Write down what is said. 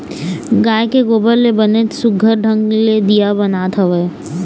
गाय के गोबर ले बनेच सुग्घर ढंग ले दीया बनात हवय